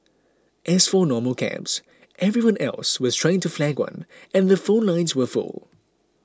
as for normal cabs everyone else was trying to flag one and the phone lines were full